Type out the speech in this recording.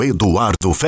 Eduardo